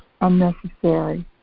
unnecessary